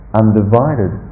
undivided